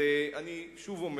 אני אומר שוב,